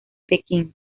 pekín